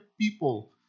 people